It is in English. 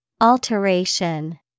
Alteration